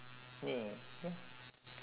!yay! ya